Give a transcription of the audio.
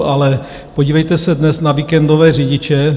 Ale podívejte se dnes na víkendové řidiče.